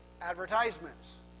advertisements